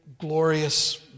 glorious